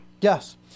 Yes